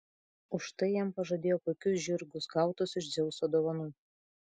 už tai jam pažadėjo puikius žirgus gautus iš dzeuso dovanų